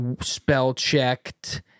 spell-checked